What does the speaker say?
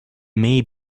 may